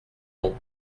donc